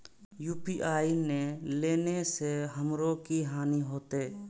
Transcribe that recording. UPI ने लेने से हमरो की हानि होते?